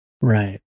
Right